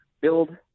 build